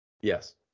Yes